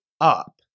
up